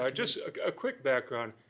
ah just, a quick background.